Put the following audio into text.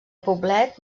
poblet